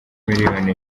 miliyoni